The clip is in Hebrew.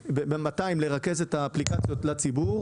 ב-"200" הרעיון הוא לרכז את האפליקציות לציבור.